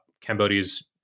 Cambodia's